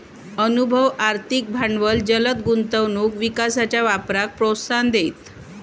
अनुभव, आर्थिक भांडवल जलद गुंतवणूक विकासाच्या वापराक प्रोत्साहन देईत